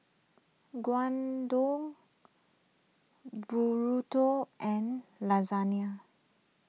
Gyudon Burrito and Lasagne